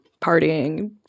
partying